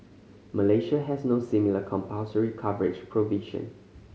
Malaysia has no similar compulsory coverage provision